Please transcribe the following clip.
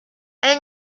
ale